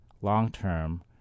long-term